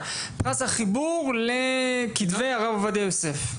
פרס החיבור לכתבי הרב עובדיה יוסף,